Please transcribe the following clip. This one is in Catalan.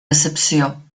decepció